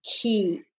key